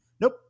nope